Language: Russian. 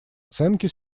оценке